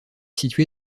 situé